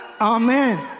Amen